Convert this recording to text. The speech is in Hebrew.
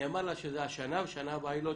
נאמר לה שזה השנה ושנה הבאה לא